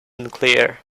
unclear